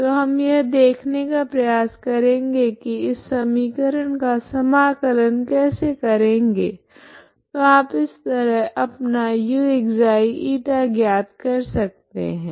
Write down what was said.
तो हम यह देखने का प्रयास करेगे की इस समीकरण का समाकलन कैसे करेगे तो आप इस तरह अपना uξ η ज्ञात कर सकते है